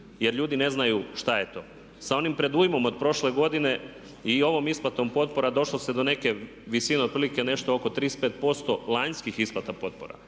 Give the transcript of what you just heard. jer ljudi ne znaju šta je to. Sa onim predujmom od prošle godine i ovom isplatom potpora došlo se do neke visine otprilike nešto oko 35% lanjskih isplata potpora.